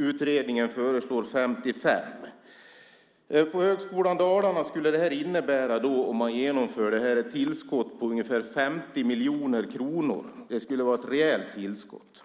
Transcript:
Utredningen föreslår 55 000. På Högskolan Dalarna skulle det innebära, om man genomför det här, ett tillskott på ungefär 50 miljoner kronor. Det skulle vara ett rejält tillskott.